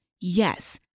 yes